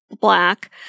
Black